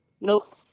Nope